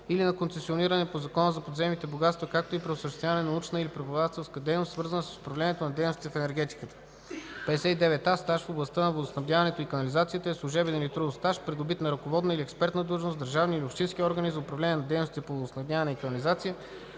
или на концесиониране по Закона за подземните богатства, както и при осъществяване на научна или преподавателска дейност, свързана с управлението на дейностите в енергетиката. 59а. „Стаж в областта на водоснабдяването и канализацията” е служебен или трудов стаж, придобит на ръководна или експертна длъжност в държавни или общински органи за управление на дейностите по водоснабдяване и канализация,